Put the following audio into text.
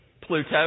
Pluto